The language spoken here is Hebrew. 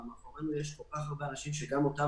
אבל מאחורינו יש כל כך הרבה אנשים מאפרות,